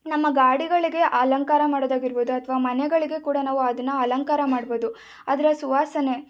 ನಮ್ಮ ಗಾಡಿಗಳಿಗೆ ಅಲಂಕಾರ ಮಾಡೋದಾಗಿರ್ಬೋದು ಅಥವಾ ಮನೆಗಳಿಗೆ ಕೂಡ ನಾವು ಅದನ್ನು ಅಲಂಕಾರ ಮಾಡ್ಬೋದು ಅದರ ಸುವಾಸನೆ